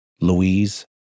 Louise